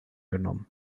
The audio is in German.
genommen